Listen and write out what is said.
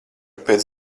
pēc